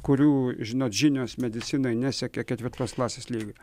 kurių žinot žinios medicinoj nesiekė ketvirtos klasės lygios